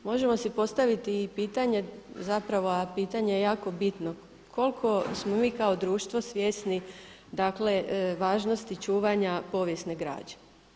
Možemo si postaviti i pitanje zapravo a pitanje je jako bitno, koliko smo mi kao društvo svjesni dakle važnosti čuvanja povijesne građe?